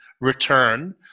return